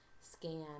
scan